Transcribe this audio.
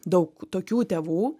daug tokių tėvų